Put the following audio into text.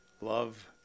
love